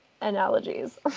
analogies